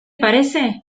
parece